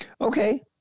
Okay